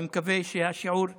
אני מקווה שהשיעור ירד,